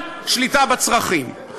שליטה בצרכים,